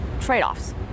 trade-offs